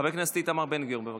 חבר כנסת איתמר בן גביר, בבקשה.